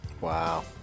Wow